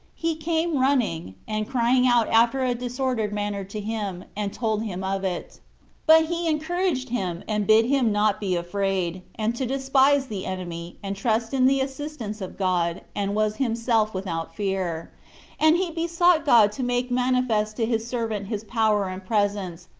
he came running, and crying out after a disordered manner to him, and told him of it but he encouraged him, and bid him not be afraid, and to despise the enemy, and trust in the assistance of god, and was himself without fear and he besought god to make manifest to his servant his power and presence,